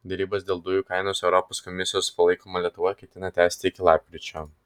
derybas dėl dujų kainos europos komisijos palaikoma lietuva ketina tęsti iki lapkričio